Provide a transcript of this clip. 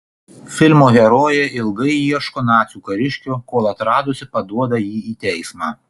filmo herojė ilgai ieško nacių kariškio kol atradusi paduoda jį į teismą